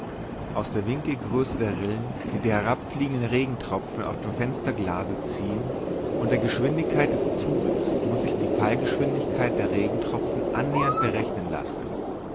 aus der winkelgröße der rillen die die herabfließenden regentropfen auf dem fensterglase ziehen und der geschwindigkeit des zuges muß sich die fallgeschwindigkeit der regentropfen annähernd berechnen lassen